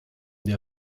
der